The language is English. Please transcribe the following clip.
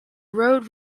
road